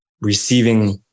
receiving